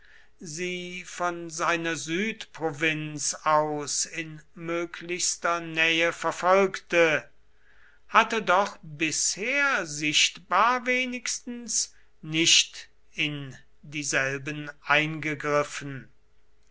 sie von seiner südprovinz aus in möglichster nähe verfolgte hatte doch bisher sichtbar wenigstens nicht in dieselben eingegriffen